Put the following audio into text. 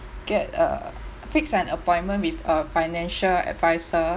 get a fix an appointment with a financial adviser